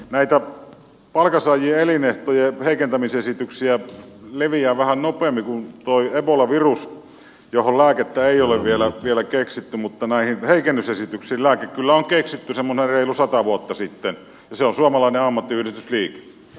nämä palkansaajien elinehtojen heikentämisesitykset leviävät vähän nopeammin kuin ebola virus johon lääkettä ei ole vielä keksitty mutta näihin heikennysesityksiin lääke kyllä on keksitty semmoinen reilu sata vuotta sitten ja se on suomalainen ammattiyhdistysliike